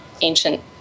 ancient